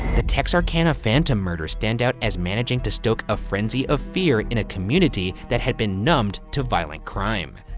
the texarkana phantom murders stand out as managing to stoke a frenzy of fear in a community that had been numbed to violent crime.